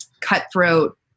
cutthroat